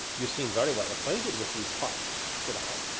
you seem very well acquainted with these parts, said i.